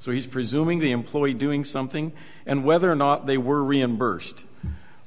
so he's presuming the employee doing something and whether or not they were reimbursed